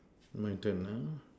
my turn uh